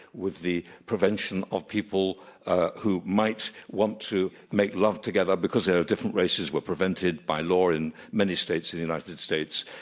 with the prevention of people who might want to make love together because they were different races were prevented by law in many states in the united states.